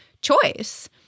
choice